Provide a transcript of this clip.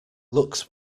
looks